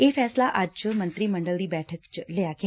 ਇਹ ਫੈਸਲਾ ਅੱਜ ਮੰਤਰੀ ਮੰਡਲ ਦੀ ਬੈਠਕ ਚ ਲਿਆ ਗਿਆ